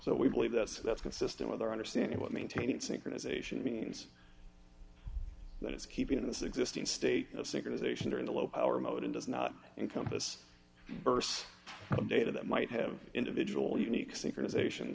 so we believe that's that's consistent with our understanding what maintaining synchronization means that it's keeping this existing state of synchronization during the low power mode and does not encompass bursts of data that might have individual unique synchronization